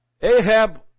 Ahab